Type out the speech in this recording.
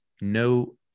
no